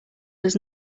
does